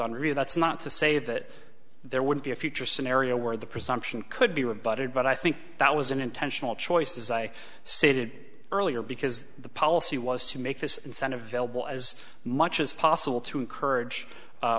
on really that's not to say that there would be a future scenario where the presumption could be rebutted but i think that was an intentional choices i stated earlier because the policy was to make this incentive vailable as much as possible to encourage